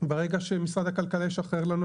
ברגע שמשרד הכלכלה ישחרר לנו,